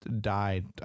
died